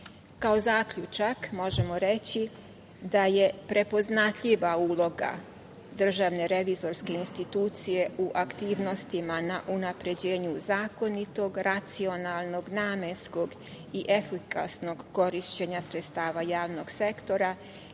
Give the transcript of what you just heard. zaključak možemo reći da je prepoznatljiva uloga DRI u aktivnostima na unapređenju zakonitog, racionalnog, namenskog i efikasnog korišćenja sredstava javnog sektora